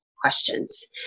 questions